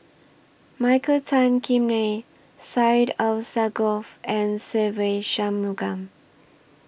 Michael Tan Kim Nei Syed Alsagoff and Se Ve Shanmugam